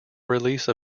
release